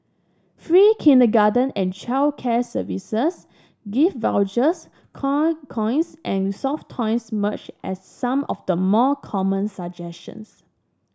free kindergarten and childcare services gift vouchers coin coins and soft toys emerged as some of the more common suggestions